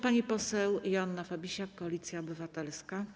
Pani poseł Joanna Fabisiak, Koalicja Obywatelska.